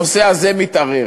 הנושא הזה מתערער.